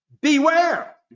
Beware